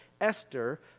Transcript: Esther